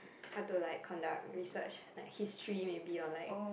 how to like conduct research like history maybe or like